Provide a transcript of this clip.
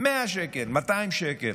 100 שקל, 200 שקל.